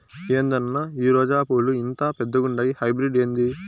ఏందన్నా ఈ రోజా పూలు ఇంత పెద్దగుండాయి హైబ్రిడ్ ఏంది